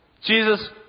Jesus